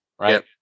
right